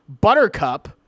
Buttercup